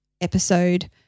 episode